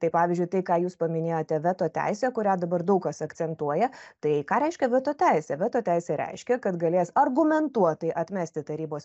tai pavyzdžiui tai ką jūs paminėjote veto teisė kurią dabar daug kas akcentuoja tai ką reiškia veto teisė veto teisė reiškia kad galės argumentuotai atmesti tarybos